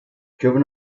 driven